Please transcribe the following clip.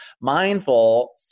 mindful